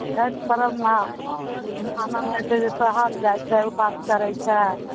छठि पर्बमे मानल जाइ छै जे सहल जाइ छै उपास करै छै